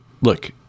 look